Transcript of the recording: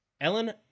Ellen